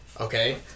okay